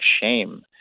shame